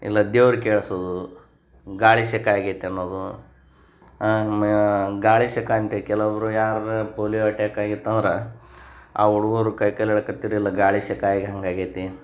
ಇಲ್ಲ ದೇವ್ರು ಕೇಳ್ಸೋದು ಗಾಳಿ ಸೆಕೆ ಆಗೈತೆ ಅನ್ನೋದು ಮ ಗಾಳಿ ಸೆಕೆ ಅಂತ ಕೆಲವೊಬ್ಬರು ಯಾರಾರೂ ಪೋಲಿಯೊ ಅಟ್ಯಾಕ್ ಆಗಿತ್ತು ಅಂದ್ರೆ ಆ ಹುಡ್ಗರು ಕೈ ಕಾಲು ಎಳ್ಕತ್ತಿರ್ಲಿಲ್ಲ ಗಾಳಿ ಸೆಕೆ ಆಗಿ ಹಂಗೆ ಆಗೈತಿ